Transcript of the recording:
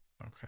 Okay